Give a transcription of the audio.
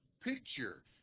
picture